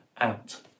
out